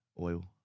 oil